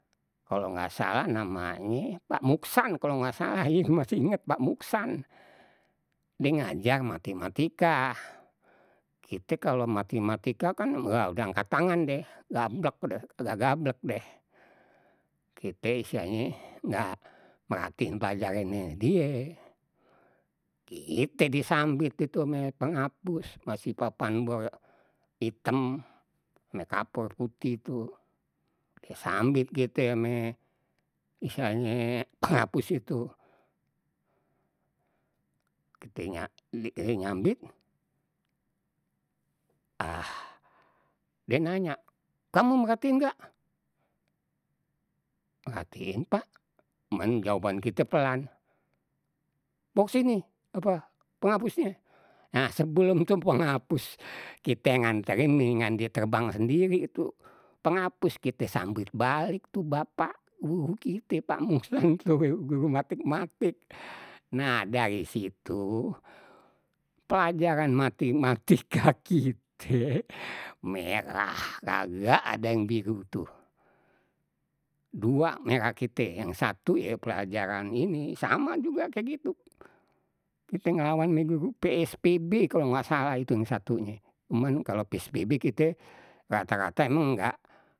Kalau nggak salah namanye pak muksan kalau nggak salah iye masih inget pak muksan, die ngajar matematikah. Kite kalau matematika kan wah udah angkat tangan deh, gablek udeh nggak gablek udeh. Kite istilahnye nggak merhatiin pelajarannye die, kite disambit deh tu ame penghapus masih papan bor item ame kapur putih tu, disambit kite ame istilahnye penghapus itu, kitenya nyambit ah die nanya, kamu merhatiin nggak, merhatiin pak, cuman jawaban kite pelan, bawa kesini apa penghapusnye nah sebelum tu penghapus kite nganterin nih yang dia terbang sendiri tuh penghapus kite sambit balik tu bapak wuh kite pak mus langsung guru matematik nah dari situ pelajaran matematika kite merah kagak ada yang biru tuh, dua merah kite yang satu ye pelajaran ini, sama juga kayak gitu, kite nglawan ame guru pspb kalau salah itu yang satunye cuman kalau pspb kite rata-rata emang ngak.